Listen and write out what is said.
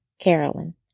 Carolyn